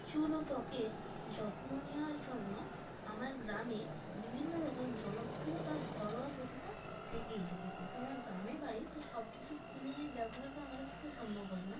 চুল ও ত্বকের যত্ন নেওয়ার জন্য আমার গ্রামে বিভিন্ন রকম জনপ্রিয় বা ঘরোয়া প্রতিকার থেকেই থাকে যেহেতু আমার গ্রামে বাড়ি তো সব কিছু কিনে ব্যবহার করা আমাদের পক্ষে সম্ভব হয় না